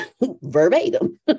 verbatim